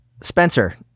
Spencer